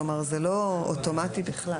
כלומר זה לא אוטומטי בכלל.